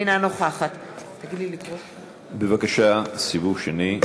אינה נוכחת בבקשה, סיבוב שני,